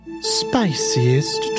Spiciest